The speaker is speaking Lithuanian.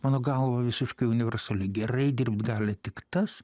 mano galva visiškai universali gerai dirbt gali tik tas